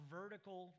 vertical